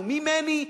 ואני מסיים,